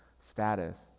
status